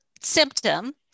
symptom